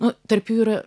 nu tarp jų ir